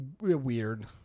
weird